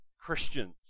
Christians